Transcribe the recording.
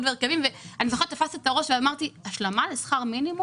והרכבים ואני זוכרת שתפסתי את הראש ואמרתי: השלמה לשכר מינימום?